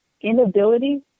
inability